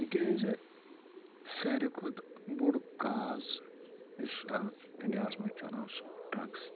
تہِ کیٛاز ساروی کھوتہٕ بوٚڈ کاز یۄس آز انڈیاہس منز چلان سُہ ڈرٛگٕس